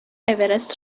اورست